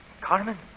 Carmen